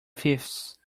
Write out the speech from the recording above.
thieves